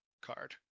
card